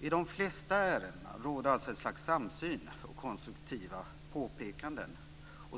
I de flesta ärendena råder alltså ett slags samsyn och konstruktiva påpekanden